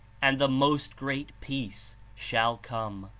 and the most great peace shall come.